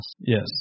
Yes